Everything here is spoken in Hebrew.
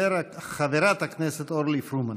חברת הכנסת אורלי פרומן.